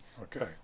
okay